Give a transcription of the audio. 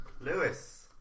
Lewis